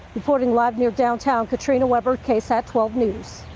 reporting live near downtown katrina webber ksat twelve news.